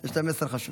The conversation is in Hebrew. גם יש לה מסר חשוב.